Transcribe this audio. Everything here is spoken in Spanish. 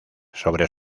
sobre